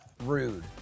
Rude